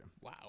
Wow